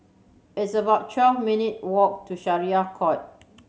it's about twelve minute walk to Syariah Court